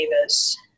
Davis